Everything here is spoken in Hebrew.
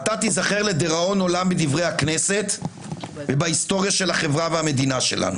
אתה תיזכר לדיראון עולם בדברי הכנסת ובהיסטוריה של החברה והמדינה שלנו.